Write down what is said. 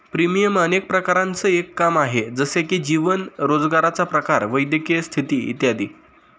premium अनेक प्रकारांचं एक काम आहे, जसे की जीवन, रोजगाराचा प्रकार, वैद्यकीय स्थिती इत्यादी